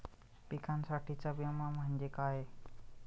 पिकांसाठीचा विमा म्हणजे काय?